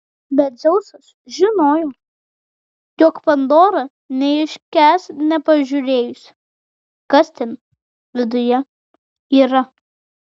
bet dzeusas žinojo jog pandora neiškęs nepažiūrėjusi kas ten viduje yra